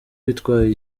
bitwaye